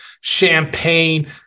champagne